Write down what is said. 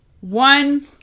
one